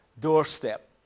doorstep